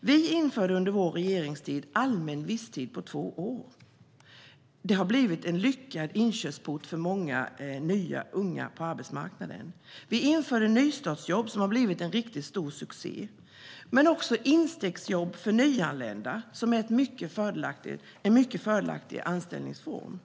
Vi införde under vår regeringstid allmän visstid på två år. Det har blivit en lyckad inkörsport för många nya och unga på arbetsmarknaden. Vi införde nystartsjobb, som har blivit en riktigt stor succé, men också instegsjobb för nyanlända. Det är en mycket fördelaktig anställningsform.